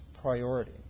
priority